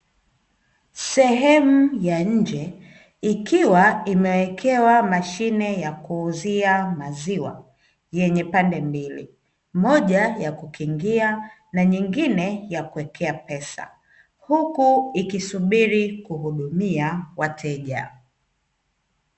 Sehemu ya nje ikiwa imewekewa mashine ya kuuzia maziwa yenye pande mbili moja ya kukingia na nyingine ya kuwekea pesa, huku ikisubiri kuhudumia wateja.